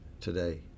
today